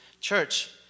church